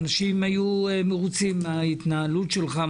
אנשים היו מרוצים מן ההתנהלות שלך,